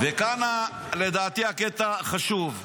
וכאן לדעתי הקטע החשוב,